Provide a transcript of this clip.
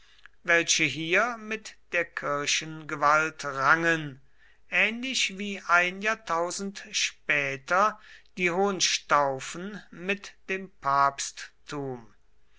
welche hier mit der kirchengewalt rangen ähnlich wie ein jahrtausend später die hohenstaufen mit dem papsttum